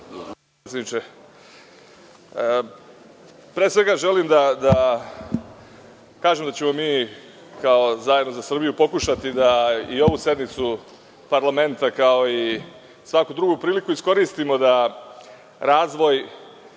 svega, želim da kažem da ćemo mi, kao Zajedno za Srbiju, pokušati da i ovu sednicu parlamenta, kao i svaku drugu priliku, iskoristimo da razvoj